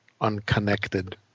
unconnected